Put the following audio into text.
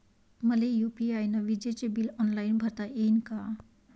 मले यू.पी.आय न विजेचे बिल ऑनलाईन भरता येईन का?